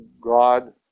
God